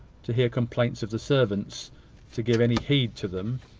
to hear complaints of the servants to give any heed to them,